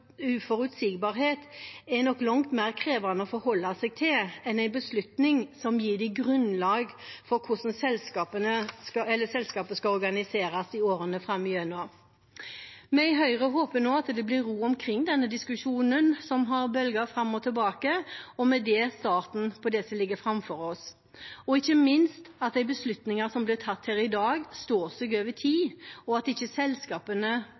uforutsigbarhet nok er langt mer krevende å forholde seg til enn en beslutning som gir dem grunnlag for hvordan selskapet skal organiseres i årene framover. Vi i Høyre håper nå at det blir ro omkring denne diskusjonen, som har bølget fram og tilbake, og med det starten på det som ligger framfor oss, ikke minst at de beslutningene som blir tatt her i dag, står seg over tid, og at ikke selskapene